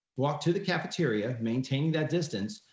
walk to the cafeteria, maintain that distance.